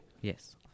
Yes